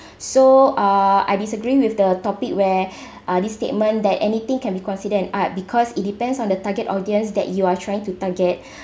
so uh I disagree with the topic where uh these statement that anything can be considered an art because it depends on the target audience that you are trying to target